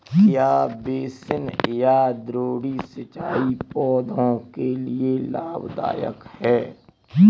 क्या बेसिन या द्रोणी सिंचाई पौधों के लिए लाभदायक है?